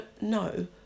no